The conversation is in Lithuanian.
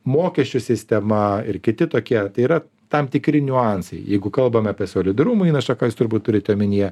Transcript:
mokesčių sistema ir kiti tokie tai yra tam tikri niuansai jeigu kalbame apie solidarumo įnašą ką jūs turbūt turite omenyje